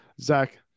Zach